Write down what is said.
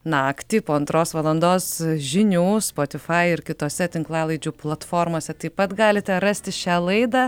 naktį po antros valandos žinių spotifai ir kitose tinklalaidžių platformose taip pat galite rasti šią laidą